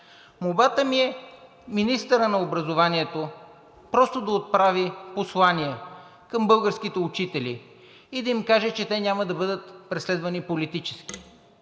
Молбата ми е министърът на образованието просто да отправи послание към българските учители и да им каже, че те няма да бъдат преследвани политически.